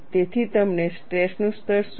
તેથી તમને સ્ટ્રેસનું સ્તર શું છે